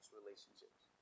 relationships